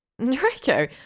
Draco